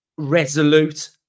Resolute